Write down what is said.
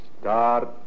Start